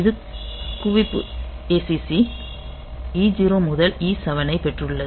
இது குவிப்பு ACC E0 முதல் E7 ஐப் பெற்றுள்ளது